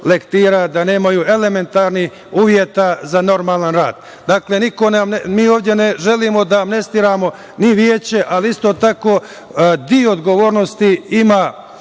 da nemaju elementarne uslove za normalan rad. Dakle, mi ovde ne želimo da amnestiramo ni veće, ali isto tako deo odgovornosti ima